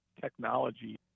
technology